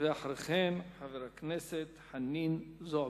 אחרי כן, חברת הכנסת חנין זועבי.